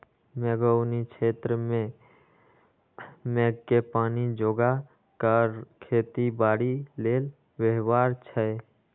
मेघोउनी क्षेत्र में मेघके पानी जोगा कऽ खेती बाड़ी लेल व्यव्हार छै